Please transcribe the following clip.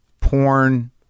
porn